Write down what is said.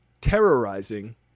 terrorizing